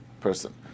person